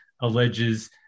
alleges